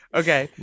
okay